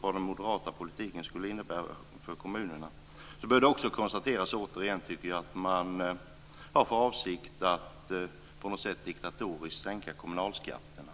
vad den moderata politiken skulle innebära för kommunerna behöver det återigen konstateras att man har för avsikt att diktatoriskt sänka kommunalskatterna.